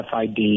FID